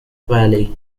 valley